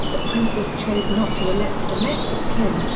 the princes chose not to elect the next of kin,